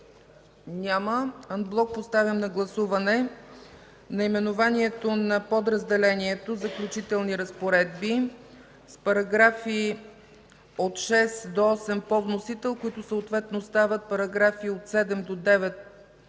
Няма. Анблок поставям на гласуване наименованието на подразделението „Заключителни разпоредби”, параграфи от 6 до 8 по вносител, които съответно стават параграфи от 7 до 9